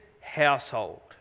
household